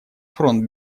фронт